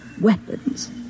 weapons